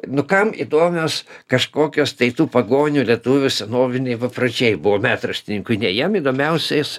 nu kam įdomios kažkokios tai tų pagonių lietuvių senoviniai papročiai buvo metraštininkui ne jam įdomiausias